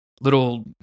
little